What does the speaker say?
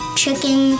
chicken